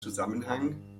zusammenhang